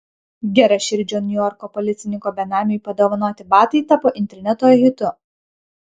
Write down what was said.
geraširdžio niujorko policininko benamiui padovanoti batai tapo interneto hitu